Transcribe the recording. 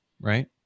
right